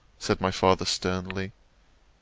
said my father sternly.